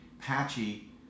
patchy